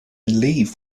leave